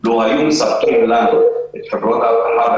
לו היו מספקים לנו את חברות האבטחה,